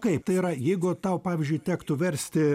kaip tai yra jeigu tau pavyzdžiui tektų versti